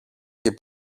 και